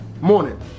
Morning